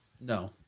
No